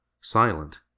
silent